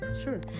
Sure